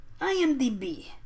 IMDB